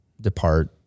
depart